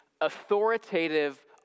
authoritative